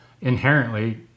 Inherently